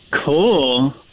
cool